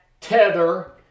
tether